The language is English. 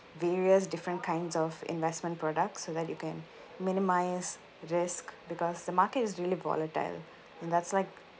various different kinds of investment products so that you can minimise risk because the market is really volatile and that's like